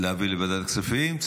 לוועדת הכספים.